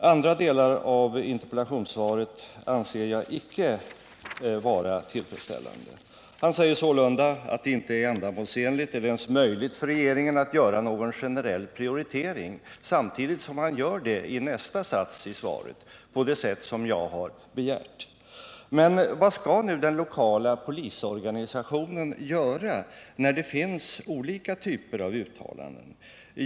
Men det är inte tillfredsställande när justitieministern säger att det inte är ”ändamålsenligt eller ens möjligt för regeringen att göra någon generell prioritering”. Vad skall den lokala polisorganisationen göra, när det finns olika typer av uttalanden?